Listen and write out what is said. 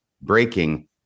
breaking